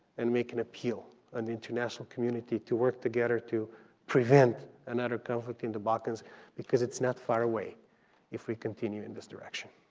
and make an appeal on and the international community to work together to prevent another conflict in the balkans because it's not far away if we continue in this direction.